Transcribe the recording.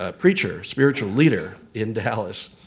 ah preacher, spiritual leader in dallas.